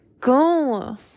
Go